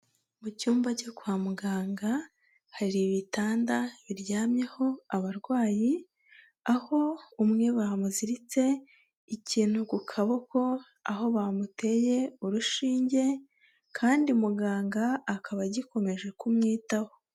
Mu cyumba cyo kwa muganga hari ibitanda biryamyeho abarwayi, aho umwe bamuziritse ikintu ku kaboko, aho bamuteye urushinge kandi muganga akaba agikomeje kumwitaho.